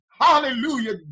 Hallelujah